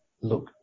look